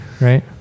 right